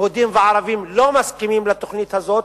יהודים וערבים, לא מסכימים לתוכנית הזאת.